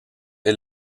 est